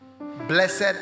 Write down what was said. Blessed